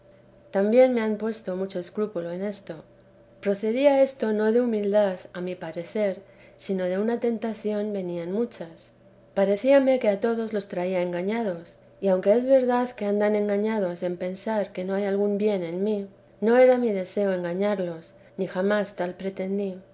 también me han puesto mucho escrúpulo en esto procedía esto no de humildad a mi parecer sino de una tentación venían muchas parecíame que a todos los traía engañados y aunque es verdad que andan engañados en pensar que hay algún bien en mí no era mi deseo engañarlos ni jamás tal pretendí